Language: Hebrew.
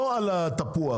לא על התפוח,